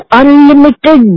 unlimited